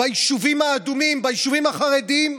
ביישובים האדומים, ביישובים החרדיים,